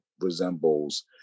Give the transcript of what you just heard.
resembles